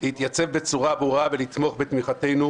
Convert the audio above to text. להתייצב בצורה ברורה ולתמוך בתמיכתנו,